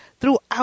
throughout